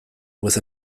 with